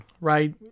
Right